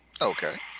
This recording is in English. Okay